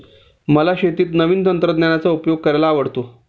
मला शेतीत नवीन तंत्रज्ञानाचा उपयोग करायला आवडतो